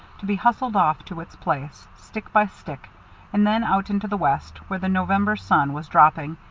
to be hustled off to its place, stick by stick and then out into the west, where the november sun was dropping,